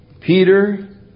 Peter